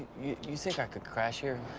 you think i could crash here?